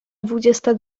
dwudziesta